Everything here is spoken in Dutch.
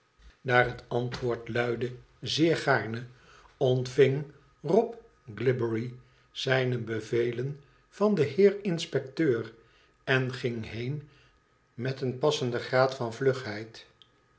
daar het antwoord luidde zeer gaarne ontving rob glibbery zijne bevelen van den heer inspecteur en ging heen met een passenden graad van vlugheid